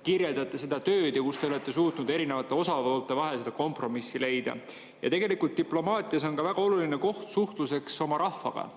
mitmeid juhtumeid, kus te olete suutnud erinevate osapoolte vahel kompromissi leida. Ja tegelikult diplomaatia on ka väga oluline koht suhtluseks oma rahvaga.